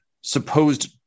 supposed